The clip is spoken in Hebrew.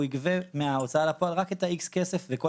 הוא יגבה מההוצאה לפועל רק את ה-X כסף וכל